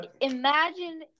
imagine